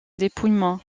dépouillement